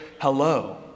hello